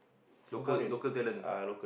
local local talent